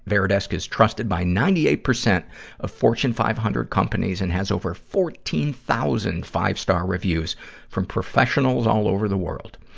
varidesk is trusted by ninety eight percent of fortune five hundred companies and has over fourteen thousand five-star reviews from professionals all over the world.